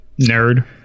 nerd